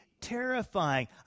terrifying